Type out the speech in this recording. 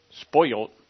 spoiled